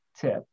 tip